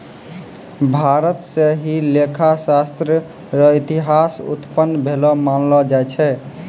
भारत स ही लेखा शास्त्र र इतिहास उत्पन्न भेलो मानलो जाय छै